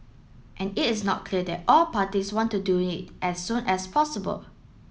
and it is not clear that all the parties want to do it as soon as possible